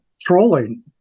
trolling